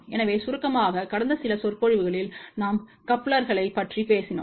எனவே சுருக்கமாக கடந்த சில சொற்பொழிவுகளில் நாம் கப்ளர்களைப் பற்றி பேசினார்